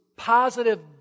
positive